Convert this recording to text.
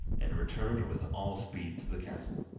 and returned with all speed to the castle.